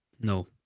No